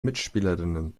mitspielerinnen